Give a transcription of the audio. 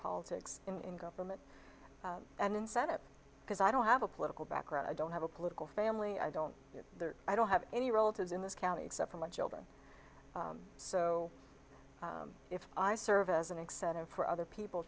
politics in government and in senate because i don't have a political background i don't have a political family i don't i don't have any relatives in this county except for my children so if i serve as an accent or for other people